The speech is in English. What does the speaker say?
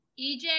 EJ